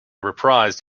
reprised